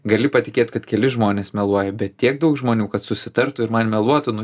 gali patikėt kad keli žmonės meluoja bet tiek daug žmonių kad susitartų ir man meluotų nu